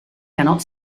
cannot